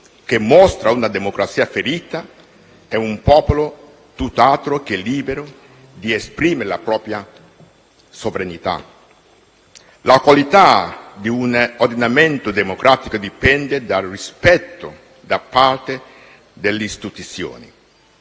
che mostra una democrazia ferita e un popolo tutt'altro che libero di esprimere la propria sovranità. La qualità di un ordinamento democratico dipende dal rispetto, da parte delle istituzioni,